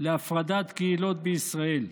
להפרדת קהילות בישראל.